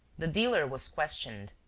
the dealer was questioned.